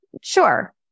sure